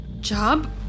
Job